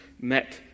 met